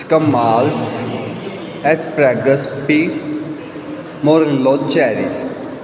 ਕਮਾਲਸ asparagus pea morello cherry